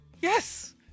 yes